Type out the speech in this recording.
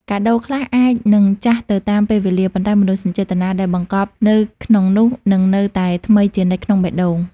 កាដូខ្លះអាចនឹងចាស់ទៅតាមពេលវេលា ប៉ុន្តែមនោសញ្ចេតនាដែលបង្កប់នៅក្នុងនោះនឹងនៅតែថ្មីជានិច្ចក្នុងបេះដូង។